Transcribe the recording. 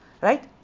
Right